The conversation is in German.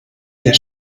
der